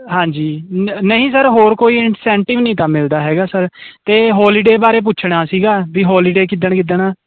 ਹਾਂਜੀ ਨਹੀਂ ਸਰ ਹੋਰ ਕੋਈ ਸੈਂਟੀਵ ਨਹੀਂ ਕੰਮ ਮਿਲਦਾ ਹੈਗਾ ਸਰ ਤੇ ਹੋਲੀਡੇ ਬਾਰੇ ਪੁੱਛਣਾ ਸੀਗਾ ਵੀ ਹੋਲੀਡੇ ਕਿੱਦਣ ਕਿੱਦਣ